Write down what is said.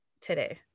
today